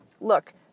Look